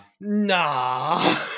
nah